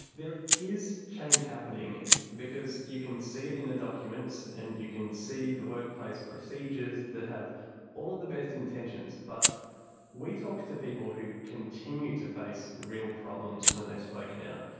there is change happening because you can see it in the documents, and you can see the workplace procedures that have all of the best intentions. but we talked to people who continued to face real problems when they've spoken out,